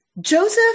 Joseph